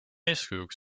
eeskujuks